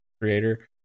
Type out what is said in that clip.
creator